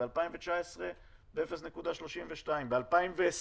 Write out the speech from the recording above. ב-2019 ב-0.32%, ב-2020